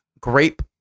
grape